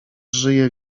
żyje